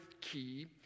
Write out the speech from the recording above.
key